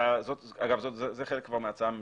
אגב, זה כבר חלק מההצעה הממשלתית,